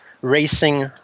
racing